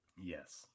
Yes